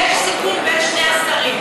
ויש סיכום בין שני השרים.